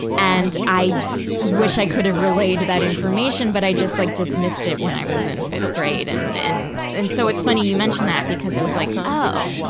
and, i wish i could have relayed that information, but i just like dismissed it when i was in fifth grade. and, and, and so it's funny you mention that because i was like, oh.